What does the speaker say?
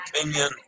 opinion